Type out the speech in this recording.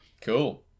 cool